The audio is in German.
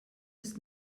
ist